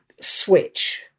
switch